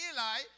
Eli